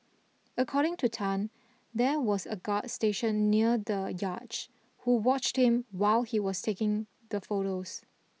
according to Tan there was a guard stationed near the yacht who watched him while he was taking the photos